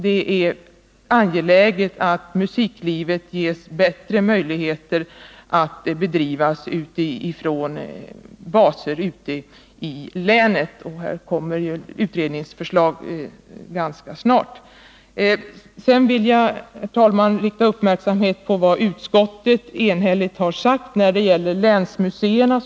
Det är angeläget att musiklivet ges bättre möjligheter att bedrivas ute i länen. Ett utredningsförslag med denna inriktning är också snart att vänta. Sedan vill jag, herr talman, rikta uppmärksamheten på vad utskottet enhälligt har sagt om länsmuseerna.